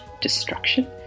destruction